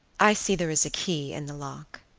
i see there is a key in the lock.